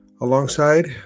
Alongside